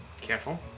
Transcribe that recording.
Careful